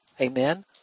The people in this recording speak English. Amen